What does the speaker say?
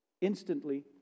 instantly